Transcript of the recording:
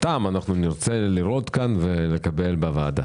אותם נרצה לראות ולקבל בוועדה.